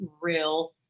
real